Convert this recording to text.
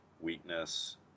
weakness